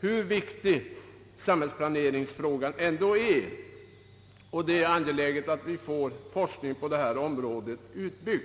hur viktig samhällsplaneringsfrågan ändå är. Det är angeläget att vi får forskningen på detta område utbyggd.